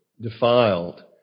defiled